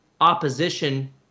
opposition